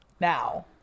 now